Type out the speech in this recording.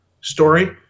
story